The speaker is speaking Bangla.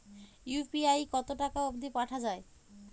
ইউ.পি.আই কতো টাকা অব্দি পাঠা যায়?